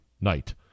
night